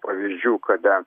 pavyzdžių kada